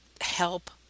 help